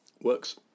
works